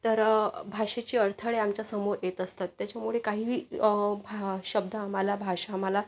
तर भाषेचे अडथळे आमच्या समोर येत असतात त्याच्यामुळे काहीही शब्द आम्हाला भाषा आम्हाला